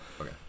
Okay